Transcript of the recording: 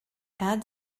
add